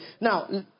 Now